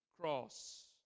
cross